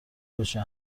بشه